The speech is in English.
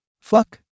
Fuck